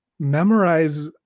memorize